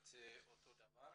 כמעט אותו דבר.